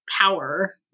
power